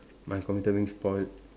my computer being spoilt